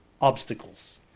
obstacles